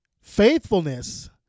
faithfulness